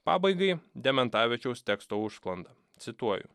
pabaigai dementavičiaus teksto užsklanda cituoju